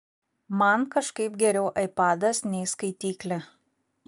man kažkaip geriau aipadas nei skaityklė